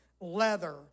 leather